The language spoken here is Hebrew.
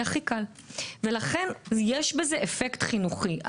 לכן יש בזה אקט חינוכי.